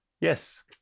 Yes